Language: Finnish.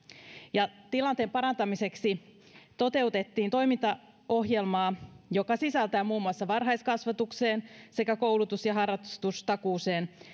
ja tilanteen parantamiseksi toteutettiin toimintaohjelmaa joka sisältää muun muassa varhaiskasvatukseen sekä koulutus ja harrastustakuuseen